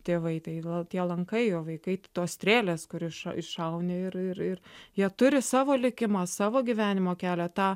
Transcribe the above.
tėvai tai lan tie lankai o vaikai tos strėlės kur iš iššauni ir ir ir jie turi savo likimą savo gyvenimo kelią tą